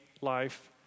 life